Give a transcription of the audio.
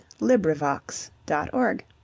LibriVox.org